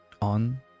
on